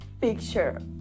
picture